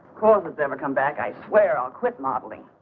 causing them a comeback i swear i'll quit modeling.